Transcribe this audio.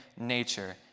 nature